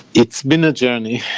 it's been a journey.